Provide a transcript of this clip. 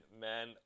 man